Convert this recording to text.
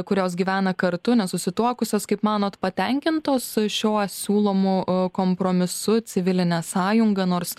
kurios gyvena kartu nesusituokusios kaip manot patenkintos šiuo siūlomo kompromisu civiline sąjunga nors